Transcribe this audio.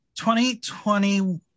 2020